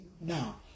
now